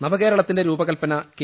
നവകേരളത്തിന്റെ രൂപകൽപ്പന കെ